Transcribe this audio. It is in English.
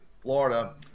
Florida